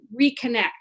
Reconnect